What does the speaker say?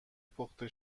پخته